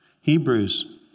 Hebrews